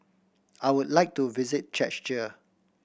I would like to visit Czechia